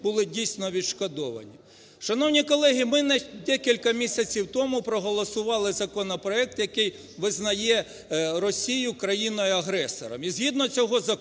були дійсно відшкодовані? Шановні колеги, ми декілька місяців тому проголосували законопроект, який визнає Росію країною-агресором,